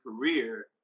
career –